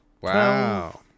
Wow